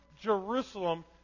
Jerusalem